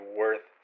worth